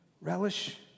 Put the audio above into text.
Relish